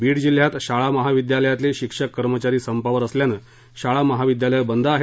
बीड जिल्ह्यात शाळा महाविद्यालयातले शिक्षक कर्मचारी संपावर असल्यामुळे शाळा महाविद्यालय बंद आहेत